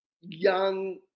young